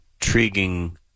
intriguing